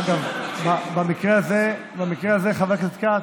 אגב, במקרה הזה, חבר הכנסת כץ,